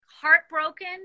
heartbroken